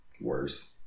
worse